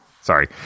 Sorry